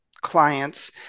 clients